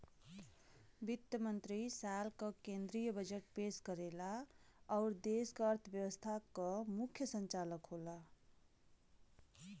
वित्त मंत्री साल क केंद्रीय बजट पेश करेला आउर देश क अर्थव्यवस्था क मुख्य संचालक होला